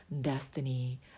destiny